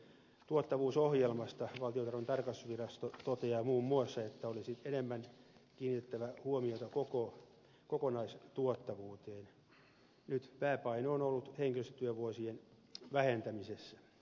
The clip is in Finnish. tuottavuusohjelmasta valtiontalouden tarkastusvirasto toteaa muun muassa että olisi enemmän kiinnitettävä huomiota kokonaistuottavuuteen nyt pääpaino on ollut henkilöstötyövuosien vähentämisessä